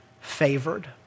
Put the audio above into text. favored